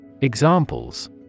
Examples